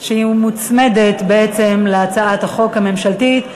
שמוצמדת בעצם להצעת החוק הממשלתית.